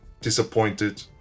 disappointed